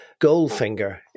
goldfinger